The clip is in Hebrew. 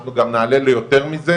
אנחנו גם נעלה ליותר מזה.